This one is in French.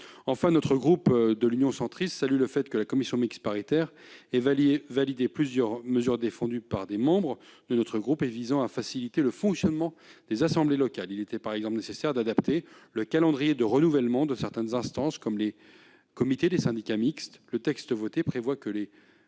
Enfin, le groupe Union Centriste salue le fait que la commission mixte paritaire ait validé plusieurs mesures défendues par certains de ses membres et visant à faciliter le fonctionnement des assemblées locales. Par exemple, il était nécessaire d'adapter le calendrier de renouvellement de certaines instances, comme les comités des syndicats mixtes. En vertu du texte